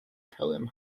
poem